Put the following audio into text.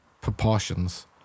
proportions